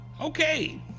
Okay